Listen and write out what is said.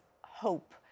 hope